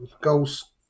goals